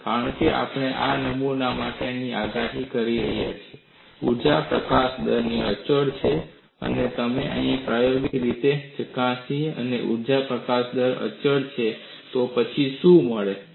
કારણ કે આપણે આ નમૂના માટે આગાહી કરી છે કે ઊર્જા પ્રકાશન દર અચળ છે અને જો આપણે પ્રાયોગિક રીતે ચકાસીએ કે ઊર્જા પ્રકાશન દર અચળ છે તો પછી તમને શું મળે છે